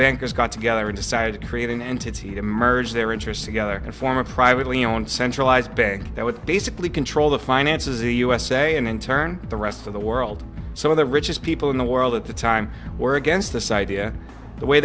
bankers got together and decided to create an entity to merge their interests together and form a privately owned centralized bag that would basically control the finances in the usa and in turn the rest of the world some of the richest people in the world at the time were against this idea the way